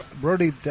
Brody